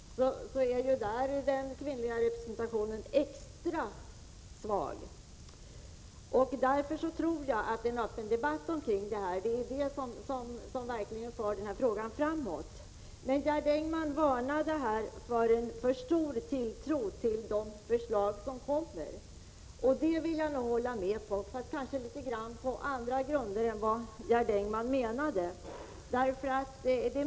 Där är den kvinnliga representationen extra svag. Därför tror jag att en öppen debatt kring detta verkligen för frågan framåt. Gerd Engman varnade för alltför stor tilltro till de förslag som kommer. Jag vill nog hålla med om det, fast kanske på litet andra grunder än Gerd Engman avsåg.